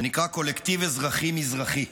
שנקרא "קולקטיב מזרחי-אזרחי".